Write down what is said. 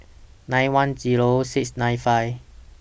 nine one Zero six nine five